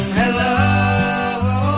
hello